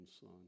son